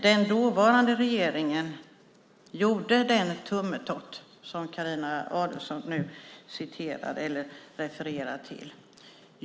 Den dåvarande regeringen gjorde den tummetott som Carina Adolfsson Elgestam nu refererade till.